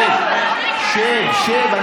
שב, שב, שב.